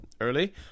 early